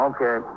Okay